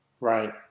Right